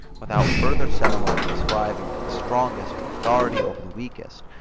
without further ceremony ascribing to the strongest an authority over the weakest,